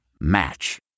Match